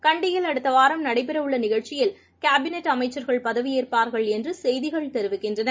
கண்டியில் அடுத்தவாரம் நடைபெறவுள்ளநிகழ்ச்சியில் கேபினெட் அமைச்சர்கள் பதவியேற்பார்கள் என்றுசெய்திகள் தெரிவிக்கின்றன